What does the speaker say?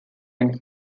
and